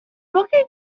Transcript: looking